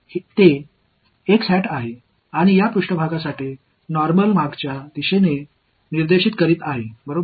எனவே இது x ஆக இருக்கும் எனவே மேற்பரப்பு ஒருங்கிணைப்பின் கணக்கீட்டை இங்கே செய்வோம்